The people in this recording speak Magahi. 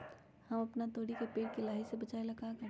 हम अपना तोरी के पेड़ के लाही से बचाव ला का करी?